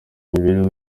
mibereho